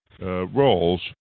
roles